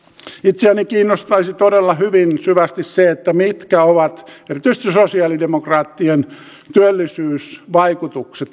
itseäni kiinnostaisi todella hyvin syvästi se mitkä ovat erityisesti sosialidemokraattien vaihtoehdon työllisyysvaikutukset